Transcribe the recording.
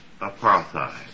apartheid